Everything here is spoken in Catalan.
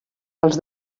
els